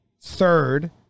third